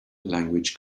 language